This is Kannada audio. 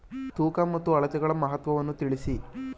ತೂಕ ಮತ್ತು ಅಳತೆಗಳ ಮಹತ್ವವನ್ನು ತಿಳಿಸಿ?